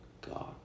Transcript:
god